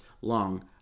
long